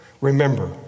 remember